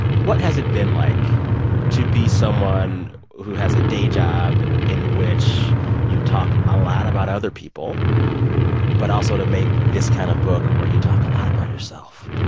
what has it been like to be someone who has a day job in which you talk a lot about other people but also to make this kind of book where you talk a lot about yourself?